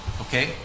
Okay